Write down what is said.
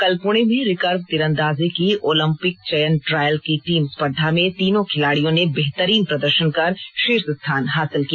कल पुणे में रिकर्व तीरंदाजी की ओलंपिक चयन ट्रायल की टीम स्पर्धा में तीनों खिलाडियों ने बेहतरीन प्रदर्शन कर शीर्ष स्थान हासिल किया